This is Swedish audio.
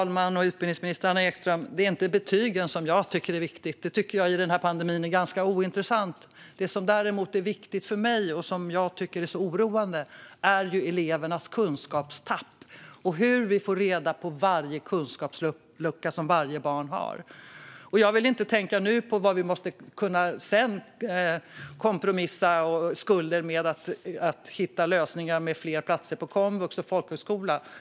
Fru talman! Det är inte betygen jag tycker är det viktiga. Jag tycker att de är ganska ointressanta i den här pandemin. Det som däremot är viktigt för mig och det jag tycker är så oroande är elevernas kunskapstapp och hur vi ska få reda på varje kunskapslucka som varje barn har. Jag vill inte nu tänka på hur vi sedan ska kunna kompensera skulden genom att hitta lösningar med fler platser på komvux och folkhögskola.